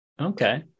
Okay